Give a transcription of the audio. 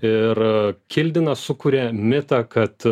ir kildina sukuria mitą kad